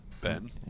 Ben